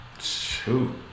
shoot